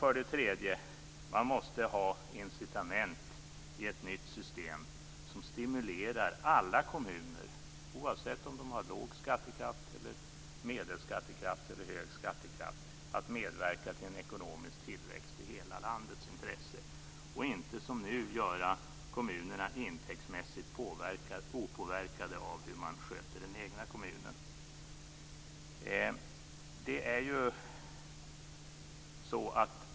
För det tredje: Det måste finnas incitament i ett nytt system som stimulerar alla kommuner, oavsett om de har låg skattekraft, medelhög skattekraft eller hög skattekraft att medverka till en ekonomisk tillväxt i hela landets intresse, och inte som nu gör kommunerna intäktsmässigt opåverkade av hur de sköter de egna kommunen.